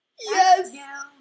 Yes